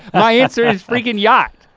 my answer is freakin' yacht.